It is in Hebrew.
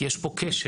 כי יש פה כשל,